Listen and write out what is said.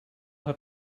have